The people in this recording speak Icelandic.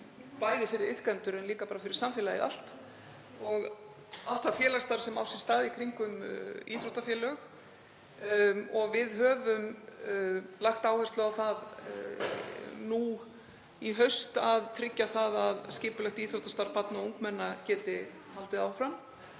bæði fyrir iðkendur en líka bara fyrir samfélagið allt, og allt það félagsstarf sem á sér stað í kringum íþróttafélög. Við höfum lagt áherslu á það nú í haust að tryggja það að skipulagt íþróttastarf barna og ungmenna geti haldið áfram.